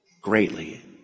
greatly